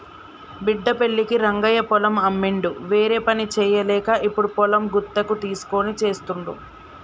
బిడ్డ పెళ్ళికి రంగయ్య పొలం అమ్మిండు వేరేపని చేయలేక ఇప్పుడు పొలం గుత్తకు తీస్కొని చేస్తుండు